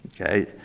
okay